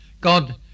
God